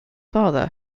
father